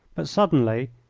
but, suddenly,